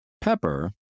pepper